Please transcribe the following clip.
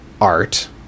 art